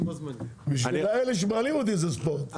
בשביל אלה שמעלים אותי זה ספורט,